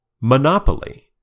Monopoly